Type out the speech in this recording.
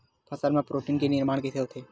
फसल मा प्रोटीन के निर्माण कइसे होथे?